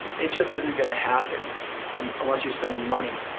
it just isn't going to happen um unless you're spending money.